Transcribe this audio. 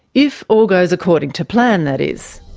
if all goes according to plan, that is.